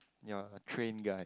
you are a train guy